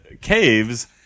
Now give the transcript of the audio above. caves